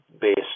based